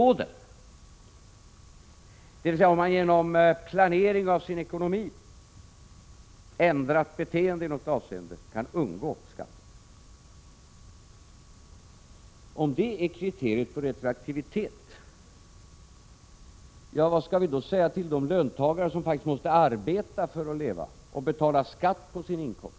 Om det förhållandet att man inte genom planering av sin ekonomi, genom ändrat beteende i något avseende, kan undgå skatt är ett kriterium på retroaktivitet, vad skall vi då säga till de löntagare som faktiskt måste arbeta för att leva och betala skatt på sin inkomst?